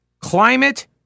climate